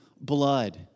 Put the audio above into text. blood